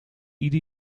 ieder